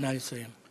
נא לסיים.